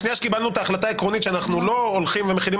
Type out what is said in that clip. בשנייה שקיבלנו את ההחלטה העקרונית שאנחנו לא הולכים ומחילים